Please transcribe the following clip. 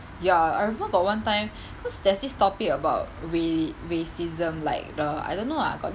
ya I remember got one time cause there's this topic about ra~ racism like the I don't know lah got this